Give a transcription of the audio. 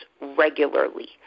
regularly